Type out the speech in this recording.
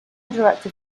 directed